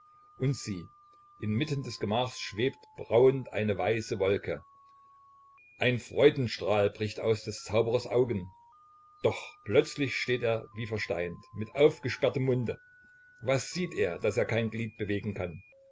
und sieh inmitten des gemachs schwebt brauend eine weiße wolke ein freudenstrahl bricht aus des zauberers augen doch plötzlich steht er wie versteint mit aufgesperrtem munde was sieht er daß er kein glied bewegen kann